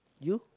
you